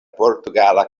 portugala